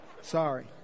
sorry